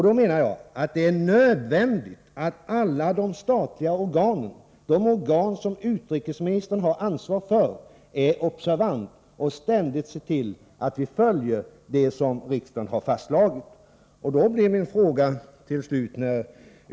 Då är det nödvändigt att alla statliga organ, även de som utrikesministern har ansvaret för, är observanta och ständigt ser till att man följer det som riksdagen har fastslagit.